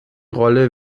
rolle